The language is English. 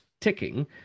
ticking